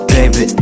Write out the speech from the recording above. Baby